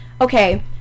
okay